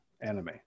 anime